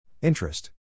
Interest